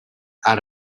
out